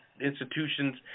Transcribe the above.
institutions